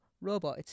robot